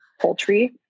poultry